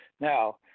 Now